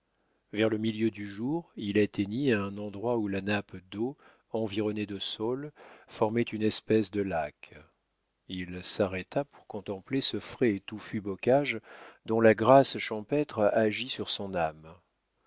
vers le milieu du jour il atteignit à un endroit où la nappe d'eau environnée de saules formait une espèce de lac il s'arrêta pour contempler ce frais et touffu bocage dont la grâce champêtre agit sur son âme